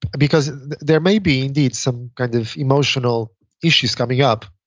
because there may be indeed some kind of emotional issues coming up.